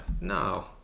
no